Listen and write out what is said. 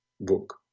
book